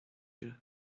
you